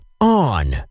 On